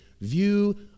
view